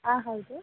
ಹಾಂ ಹೌದು